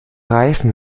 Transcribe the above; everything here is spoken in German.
reifen